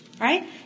Right